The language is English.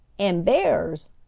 and bears!